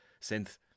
synth